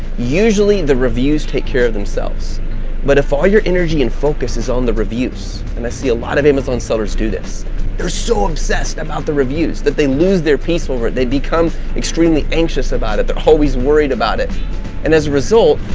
usually, the reviews take care of themselves but if all your energy and focus is on the reviews, and i see a lot of amazon sellers do this, they're so obsessed about the reviews that they lose their peace over it, they become extremely anxious about it. they're always worried about it and as a result,